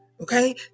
okay